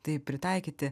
tai pritaikyti